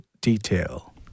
detail